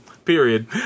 Period